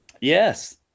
Yes